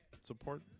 support